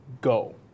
go